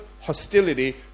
hostility